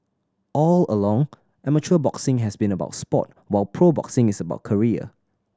all along amateur boxing has been about sport while pro boxing is about career